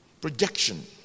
projection